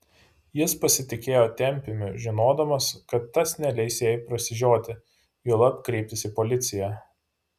jis pasitikėjo tempiumi žinodamas kad tas neleis jai prasižioti juolab kreiptis į policiją